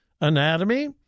anatomy